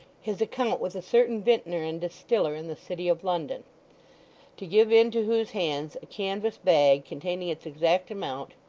his account with a certain vintner and distiller in the city of london to give into whose hands a canvas bag containing its exact amount,